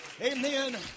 Amen